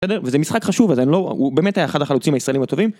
-דר? וזה משחק חשוב, אז-אני לא... הוא באמת היה אחד החלוצים הישראלים הטובים.